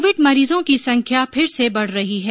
Covid मरीजों की संख्या फिर से बढ़ रही है